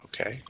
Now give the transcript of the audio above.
Okay